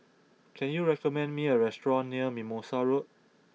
can you recommend me a restaurant near Mimosa Road